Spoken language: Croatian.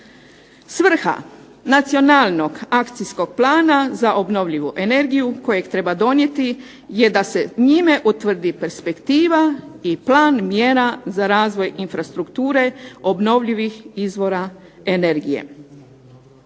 Svrha nacionalnog akcijskog plana za obnovljivu energiju koju treba donijeti je da se njime utvrdi perspektiva i plan mjera za razvoj infrastrukture obnovljivih izvora energije.